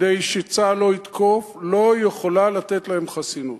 כדי שצה"ל לא יתקוף, לא יכול לתת להם חסינות.